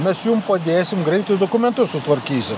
mes jum padėsim greitai dokumentus sutvarkysim